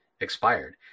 expired